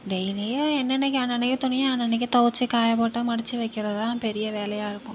டெய்லியும் என்னனைக்கு அன்னன்னைக்கு துணியை அன்னன்னைக்கே துவச்சி காய போட்டு மடிச்சு வைக்கிறது தான் பெரிய வேலையாக இருக்கும்